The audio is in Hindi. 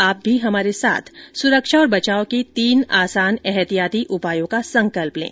आप भी हमारे साथ सुरक्षा और बचाव के तीन आसान एहतियाती उपायों का संकल्प लें